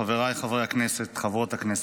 חבריי חברי הכנסת, חברות הכנסת,